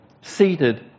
seated